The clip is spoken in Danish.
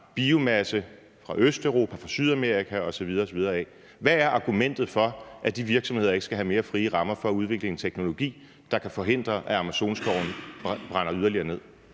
biomasse fra Østeuropa, Sydamerika osv. osv. af. Hvad er argumentet for, at de virksomheder ikke skal have mere frie rammer til at udvikle en teknologi, der kan forhindre, at Amazonskoven bliver brændt yderligere ned?